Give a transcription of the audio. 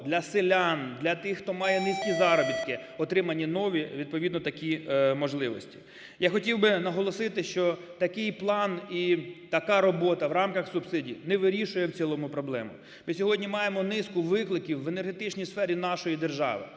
для селян, для тих, хто має низькі заробітки, отримані нові відповідно такі можливості. Я хотів би наголосити, що такий план і така робота в рамках субсидій не вирішує в цілому проблему. Ми сьогодні маємо низку викликів в енергетичній сфері нашої держави: